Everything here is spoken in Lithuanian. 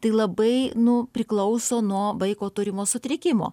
tai labai nu priklauso nuo vaiko turimo sutrikimo